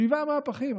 שבעה מהפכים.